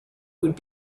would